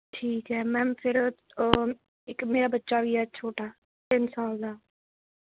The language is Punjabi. ਠੀਕ ਹੈ ਮੈਮ ਫਿਰ ਇੱਕ ਮੇਰਾ ਬੱਚਾ ਵੀ ਹੈ ਛੋਟਾ ਤਿੰਨ ਸਾਲ ਦਾ